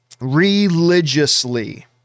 religiously